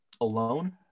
alone